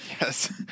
Yes